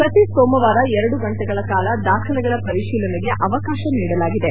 ಪ್ರತಿ ಸೋಮವಾರ ಎರಡು ಗಂಟೆಗಳ ಕಾಲ ದಾಖಲೆಗಳ ಪರಿಶೀಲನೆಗೆ ಅವಕಾಶ ನೀಡಲಾಗಿದೆ